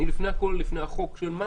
אני לפני הכל, לפני החוק שואל: מה